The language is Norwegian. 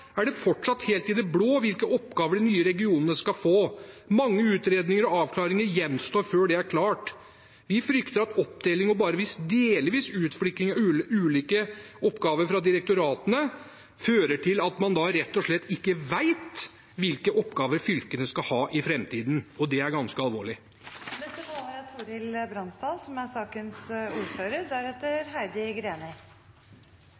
er det fortsatt helt i det blå hvilke oppgaver de nye regionene skal få. Mange utredninger og avklaringer gjenstår før det er klart. Vi frykter at oppdeling og bare delvis utflytting av ulike oppgaver fra direktoratene fører til at man rett og slett ikke vet hvilke oppgaver fylkene skal ha i framtiden. Det er ganske alvorlig. Av tidligere erfaring vet jeg at det er